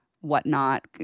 whatnot